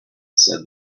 said